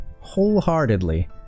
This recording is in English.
wholeheartedly